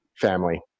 family